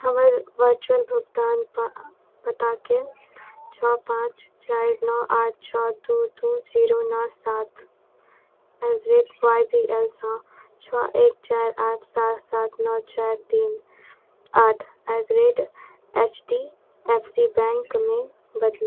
हमर वर्चुअल भुगतान पा पताके छओ पाँच चारि नओ आठ छओ दू दू जीरो नओ सात at the rate Y B L सँ छओ एक चारि आठ सात सात नओ चारि तीन आठ at the rate H D F C बैंकमे बदलू